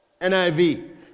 NIV